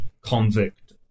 convict